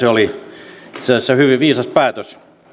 oli itse asiassa hyvin viisas päätös